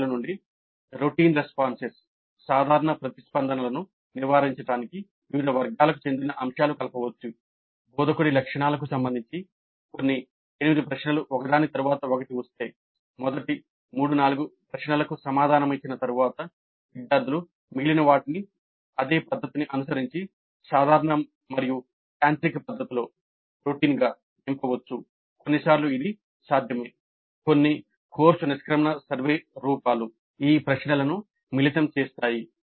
విద్యార్థుల నుండి సాధారణ ప్రతిస్పందనలను కొన్ని కోర్సు నిష్క్రమణ సర్వే రూపాలు ఈ ప్రశ్నలను మిళితం చేస్తాయి